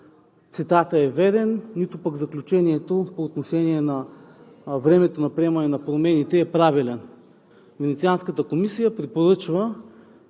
цитатът е верен, нито пък заключението по отношение на времето на приемане на промените е правилно. Венецианската комисия препоръчва